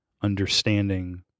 understanding